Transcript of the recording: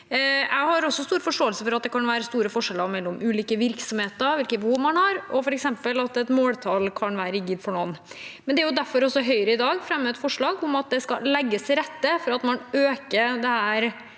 Jeg har stor forståelse for at det kan være store forskjeller mellom ulike virksomheter og hvilke behov man har, og f.eks. at et måltall kan være rigid for noen, men det er også derfor Høyre fremmer et forslag om at det skal legges til rette for at man øker